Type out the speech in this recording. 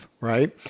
right